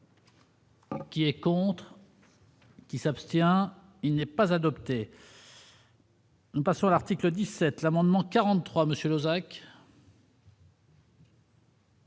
Qui est contre. Qui s'abstient, il n'est pas adoptée. Nous passons à l'article 17 l'amendement 43 Monsieur